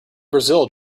brazil